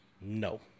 No